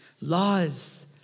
Laws